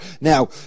Now